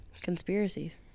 conspiracies